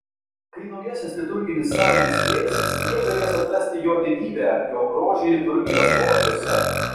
kai naujasis liturginis sąjūdis plėsis jie galės atrasti jo didybę jo grožį liturgijos lobiuose